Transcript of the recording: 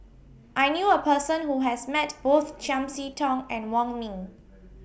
I knew A Person Who has Met Both Chiam See Tong and Wong Ming